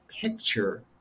picture